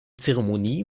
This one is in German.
zeremonie